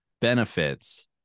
Benefits